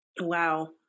wow